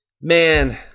man